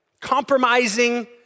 compromising